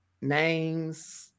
names